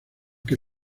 que